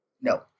No